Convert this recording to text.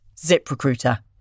ZipRecruiter